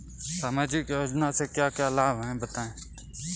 सामाजिक योजना से क्या क्या लाभ हैं बताएँ?